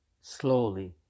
slowly